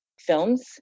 films